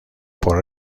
por